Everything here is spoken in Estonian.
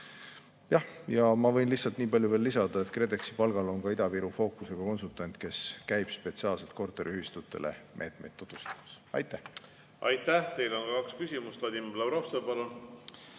Ma võin lihtsalt niipalju veel lisada, et KredExi palgal on Ida-Viru fookusega konsultant, kes käib spetsiaalselt korteriühistutele meetmeid tutvustamas. Aitäh! Aitäh! Teile on kaks küsimust. Vadim Belobrovtsev, palun!